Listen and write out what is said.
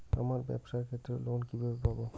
আমার ব্যবসার ক্ষেত্রে লোন কিভাবে পাব?